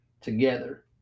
together